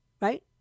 right